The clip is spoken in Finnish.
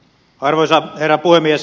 arvoisa herra puhemies